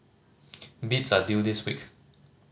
bids are due this week